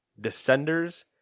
Descenders